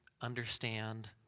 understand